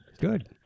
Good